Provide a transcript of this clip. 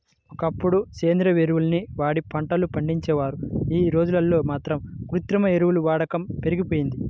ఒకప్పుడు సేంద్రియ ఎరువుల్ని వాడి పంటలు పండించేవారు, యీ రోజుల్లో మాత్రం కృత్రిమ ఎరువుల వాడకం పెరిగిపోయింది